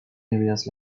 areas